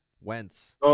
Wentz